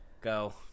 go